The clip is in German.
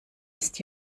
ist